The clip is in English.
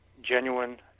genuine